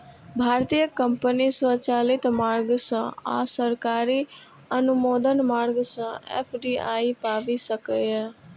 भारतीय कंपनी स्वचालित मार्ग सं आ सरकारी अनुमोदन मार्ग सं एफ.डी.आई पाबि सकैए